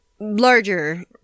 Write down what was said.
Larger